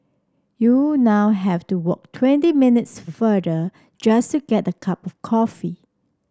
you now have to walk twenty minutes farther just to get a cup of coffee